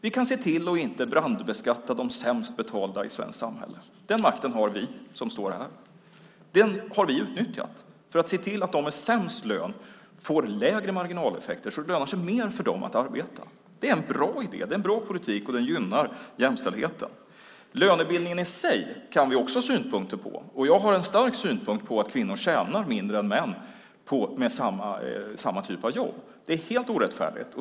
Vi kan se till att inte brandskatta de sämst betalda i svenskt samhälle. Den makten har vi som står här. Den har vi utnyttjat för att se till att de med sämst lön får lägre marginaleffekter så att det lönar sig mer för dem att arbeta. Det är en bra idé. Det är en bra politik, och den gynnar jämställdheten. Lönebildningen i sig kan vi också ha synpunkter på, och jag har en stark synpunkt på att kvinnor tjänar mindre än män med samma typ av jobb. Det är helt orättfärdigt.